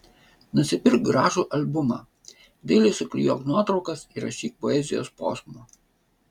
nusipirk gražų albumą dailiai suklijuok nuotraukas įrašyk poezijos posmų